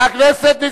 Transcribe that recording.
חברת הכנסת מירי רגב,